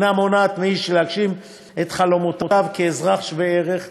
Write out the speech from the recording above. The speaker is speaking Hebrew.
אינה מונעת מאיש להגשים את חלומותיו כאזרח שווה ערך.